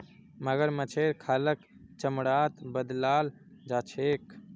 मगरमच्छेर खालक चमड़ात बदलाल जा छेक